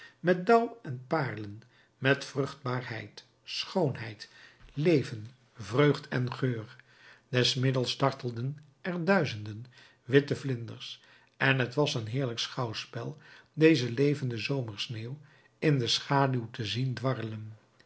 met dauw en paarlen met vruchtbaarheid schoonheid leven vreugd en geur des middags dartelden er duizenden witte vlinders en t was een heerlijk schouwspel deze levende zomersneeuw in de schaduw te zien dwarlen